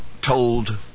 told